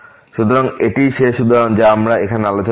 সুতরাং এটিই শেষ উদাহরণ যা আমরা এখানে আলোচনা করব